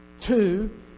two